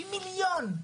פי מיליון,